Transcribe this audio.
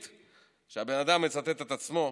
שהבן אדם מצטט את עצמו.